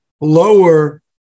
lower